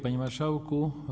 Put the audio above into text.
Panie Marszałku!